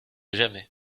jamais